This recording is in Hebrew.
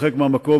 במקום,